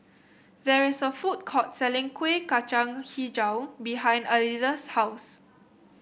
there is a food court selling Kueh Kacang hijau behind Alida's house